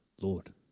Lord